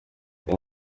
uko